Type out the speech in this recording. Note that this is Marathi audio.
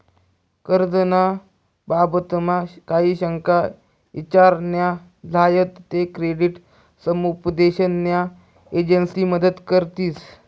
कर्ज ना बाबतमा काही शंका ईचार न्या झायात ते क्रेडिट समुपदेशन न्या एजंसी मदत करतीस